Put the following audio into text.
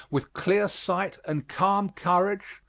with clear sight and calm courage,